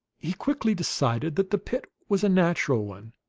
he quickly decided that the pit was a natural one.